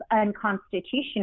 unconstitutional